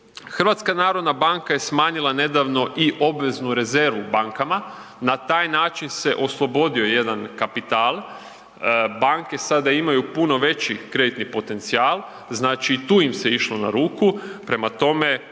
funkcionirati. HNB je smanjila nedavno i obveznu rezervu bankama, na taj način se oslobodio jedan kapital, banke sada imaju puno veći kreditni potencijal, znači tu im se išlo na ruku, prema tome